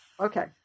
Okay